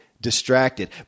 distracted